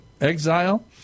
exile